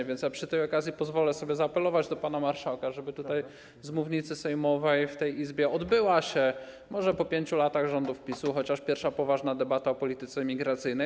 A więc przy tej okazji pozwolę sobie zaapelować do pana marszałka, żeby tutaj, z mównicy sejmowej w tej Izbie, odbyła się może po 5 latach rządów PiS-u chociaż pierwsza poważna debata o polityce emigracyjnej.